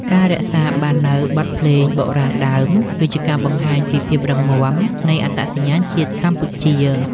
ការរក្សាបាននូវបទភ្លេងបុរាណដើម គឺជាការបង្ហាញពីភាពរឹងមាំនៃអត្តសញ្ញាណជាតិកម្ពុជា។